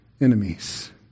enemies